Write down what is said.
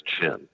chin